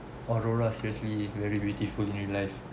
aurora seriously very beautiful in real life